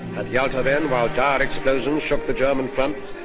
at yalta then, while dire explosions shook the german fronts,